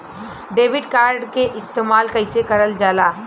Debit card के इस्तेमाल कइसे करल जाला?